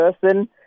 person